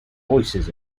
voices